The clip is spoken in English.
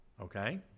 Okay